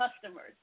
customers